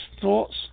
thoughts